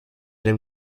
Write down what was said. dem